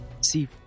see